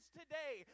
today